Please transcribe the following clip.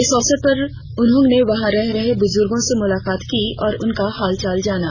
इस अवसर पर उन्होंने वहां रह रहे बुजुर्गो से मुलाकात की और उनका हालचाल जाना